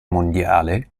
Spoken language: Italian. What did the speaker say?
mondiale